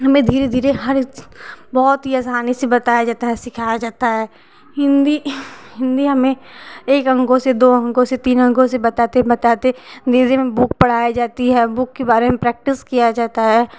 मैं धीरे धीरे हर बहुत ही आसानी से बताया जाता है सिखाया जाता है हिंदी हिंदी हमें एक अंकों से दो अंको से तीन अंकों से बताते बताते नेजन बुक पढ़ाई जाती है बुक के बारे में प्रैक्टिस किया जाता है